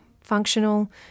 functional